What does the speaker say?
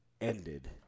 ended